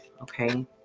Okay